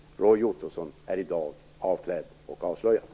Roy Ottosson är i dag avklädd och avslöjad.